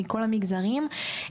מכל המגזרים.